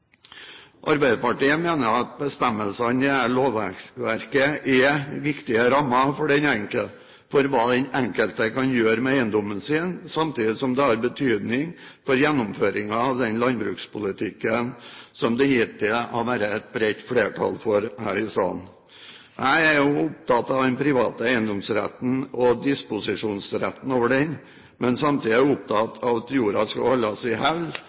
Arbeiderpartiet mener at bestemmelsene i dette lovverket er viktige rammer for hva den enkelte kan gjøre med eiendommen sin, samtidig som det har betydning for gjennomføringen av den landbrukspolitikken som det hittil har vært et bredt flertall for her i salen. Jeg er også opptatt av den private eiendomsretten og disposisjonsretten over den, men samtidig er jeg opptatt av at jorda skal holdes i